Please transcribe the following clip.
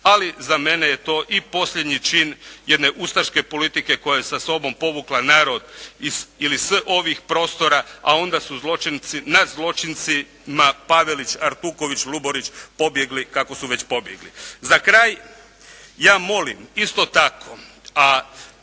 Ali za mene je to i posljednji čin jedne ustaške politike koja je za sobom povukla narod iz ili s ovih prostora, a onda su zločinci nad zločincima Pavelić, Artuković, Luborić pobjegli kako su već pobjegli. Za kraj ja molim isto tako, a